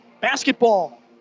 basketball